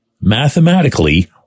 mathematically